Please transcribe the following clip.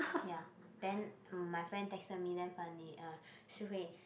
ya then my friend texted me damn funny uh Shi-Hui